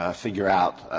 ah figure out